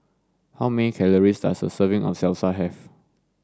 how many calories does a serving of Salsa have